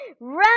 Run